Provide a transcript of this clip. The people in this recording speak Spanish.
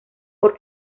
por